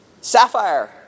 Sapphire